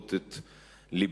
קורעות את לבנו.